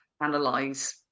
analyze